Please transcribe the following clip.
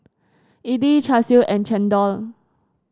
idly Char Siu and chendol